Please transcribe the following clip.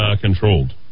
controlled